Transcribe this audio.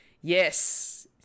yes